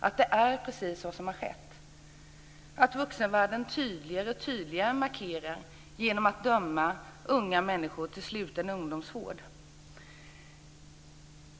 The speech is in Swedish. Det är precis vad som har skett. Vuxenvärlden markerar tydligare och tydligare genom att döma unga människor till sluten ungdomsvård.